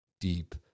deep